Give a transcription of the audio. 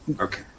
okay